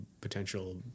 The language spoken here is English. potential